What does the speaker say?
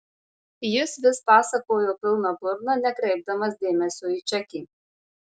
jis vis pasakojo pilna burna nekreipdamas dėmesio į čekį